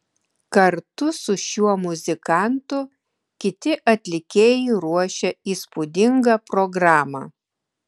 kartu su šiuo muzikantu kiti atlikėjai ruošia įspūdingą programą